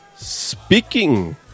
Speaking